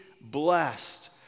blessed